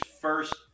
first